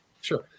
sure